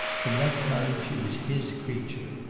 from that time she was his creature.